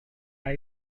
ayah